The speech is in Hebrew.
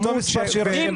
שיירשם כאן.